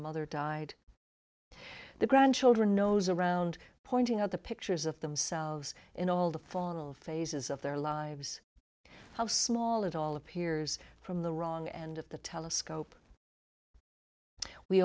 mother died the grandchildren nose around pointing out the pictures of themselves in all the final phases of their lives how small it all appears from the wrong end of the telescope we